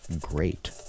great